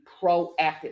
proactive